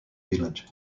village